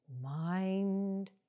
mind